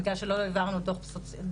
בגלל שלא העברנו דוח פסיכיאטרי,